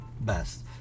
best